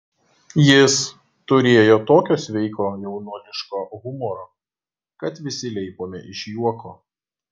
jis turėjo tokio sveiko jaunuoliško humoro kad visi leipome iš juoko